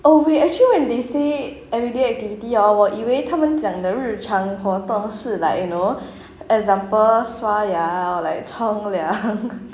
oh wait actually when they say everyday activity hor 我以为他们讲的日常活动是 like you know example 刷牙 or like 冲凉